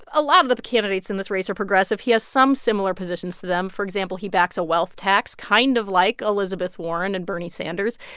a lot of the candidates in this race are progressive. he has some similar positions to them. for example, he backs a wealth tax kind of like elizabeth warren and bernie sanders.